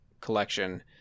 collection